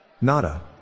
Nada